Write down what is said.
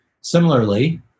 Similarly